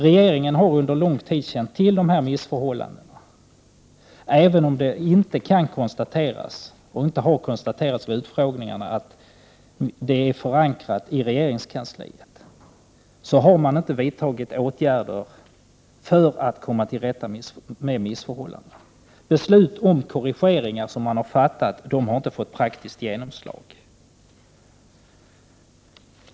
Regeringen har under lång tid känt till dessa missförhållanden, även om det inte har kunnat konstateras att dessa är förankrade i regeringskansliet. Regeringen har inte vidtagit åtgärder för att komma till rätta med dessa missförhållanden. Fattade beslut om korrigeringar har inte fått praktiskt genomslag.